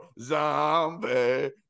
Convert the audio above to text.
Zombie